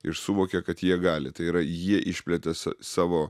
ir suvokė kad jie gali tai yra jie išplėtė savo